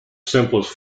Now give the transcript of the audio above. simplest